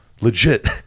Legit